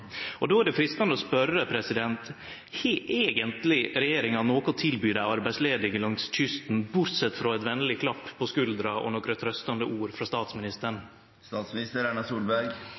Då er det freistande å spørje: Har eigentleg regjeringa noko å tilby dei arbeidsledige langs kysten, bortsett frå ein venleg klapp på skuldra og nokre trøystande ord frå